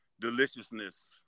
Deliciousness